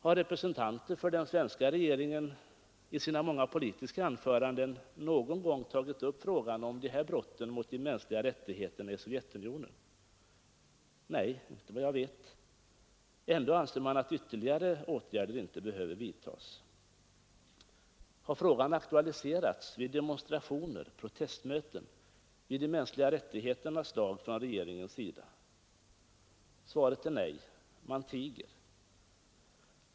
Har representanter för den svenska regeringen i sina många politiska anföranden någon gång tagit upp frågan om dessa brott mot de mänskliga rättigheterna i Sovjetunionen? Nej. Ändå anser man att ytterligare åtgärder inte behöver vidtas. Har frågan aktualiserats vid demonstrationer och protestmöten, vid de mänskliga rättigheternas dag, från regeringens sida? Nej, man tiger.